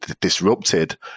disrupted